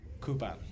coupon